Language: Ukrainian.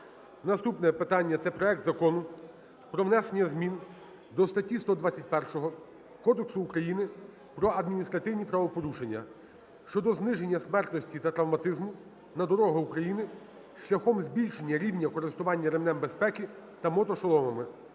Наступне питання - це проект Закону про внесення змін до статті 121 Кодексу України про адміністративні правопорушення (щодо зниження смертності та травматизму на дорогах України шляхом збільшення рівня користування ременями безпеки та мотошоломами)